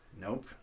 Nope